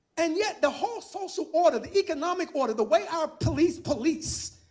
and yet, the whole social order the economic order, the way our police police,